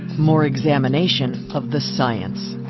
more examination of the science.